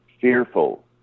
fearful